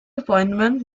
appointment